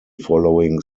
following